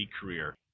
career